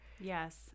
Yes